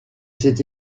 cette